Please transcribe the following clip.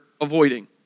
avoiding